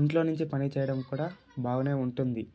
ఇంట్లో నుంచి పని చేయడం కూడా బాగా ఉంటుంది